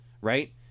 Right